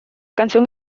canción